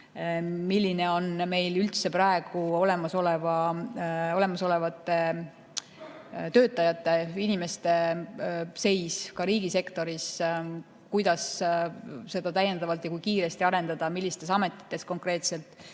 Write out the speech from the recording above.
Milline on meil üldse praegu olemasolevate töötajate seis ka riigisektoris? Kuidas seda täiendavalt ja kiiresti arendada, millistes ametites konkreetselt?